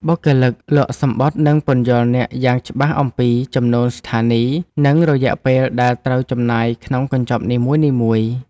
បុគ្គលិកលក់សំបុត្រនឹងពន្យល់អ្នកយ៉ាងច្បាស់អំពីចំនួនស្ថានីយ និងរយៈពេលដែលត្រូវចំណាយក្នុងកញ្ចប់នីមួយៗ។